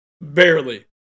barely